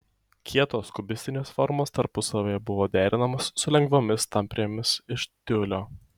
kietos kubistinės formos tarpusavyje buvo derinamos su lengvomis tamprėmis iš tiulio